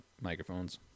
microphones